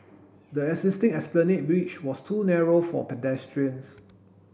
the existing Esplanade Bridge was too narrow for pedestrians